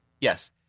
yes